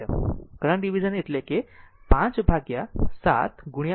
current division એટલે 5 ભાગ્યા 7 i 1 t છે